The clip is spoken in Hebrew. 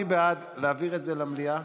מי בעד להעביר את זה למליאה